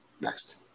Next